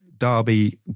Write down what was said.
Derby